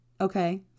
Okay